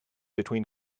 between